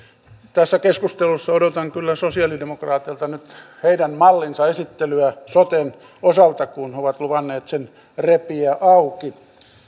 tässä keskustelussa odotan kyllä sosialidemokraateilta nyt heidän mallinsa esittelyä soten osalta kun he ovat luvanneet sen repiä auki